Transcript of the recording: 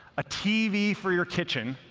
a tv for your kitchen,